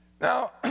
Now